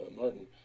Martin